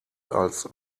als